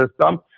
system